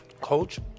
Coach